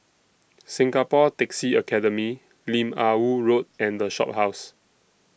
Singapore Taxi Academy Lim Ah Woo Road and The Shophouse